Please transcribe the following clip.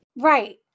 right